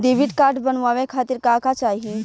Debit card बनवावे खातिर का का चाही?